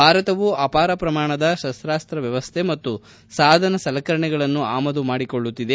ಭಾರತವು ಅಪಾರ ಪ್ರಮಾಣದ ಶಸ್ತಾಸ್ತ ವ್ಯವಸ್ಥೆಗಳು ಮತ್ತು ಸಾಧನ ಸಲಕರಣೆಗಳನ್ನು ಆಮದು ಮಾಡಿಕೊಳ್ಳುತ್ತಿದೆ